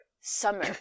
summer